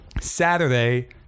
Saturday